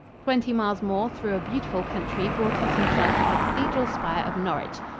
twenty miles more through a beautiful country brought us in sight of the cathedral spire of norwich.